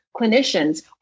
clinicians